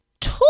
two